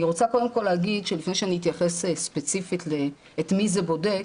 לפני שאתייחס ספציפית את מי זה בודק,